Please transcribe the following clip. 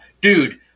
dude